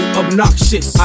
obnoxious